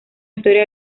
historia